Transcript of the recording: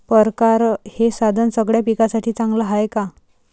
परकारं हे साधन सगळ्या पिकासाठी चांगलं हाये का?